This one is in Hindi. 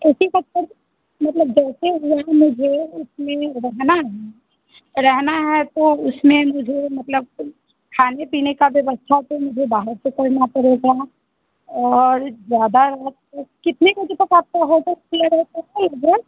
ऐ सी का बताइए मतलब जैसे या मुझे उसमें रहना है रहना है तो उसमें मुझे मतलब खाने पीने का व्यवस्था तो मुझे बाहर से करना पड़ेगा और ज़्यादा तो कितने बजे तक आपके होटल खुले रहते हैँ इधर